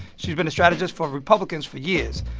she's been a strategist for republicans for years.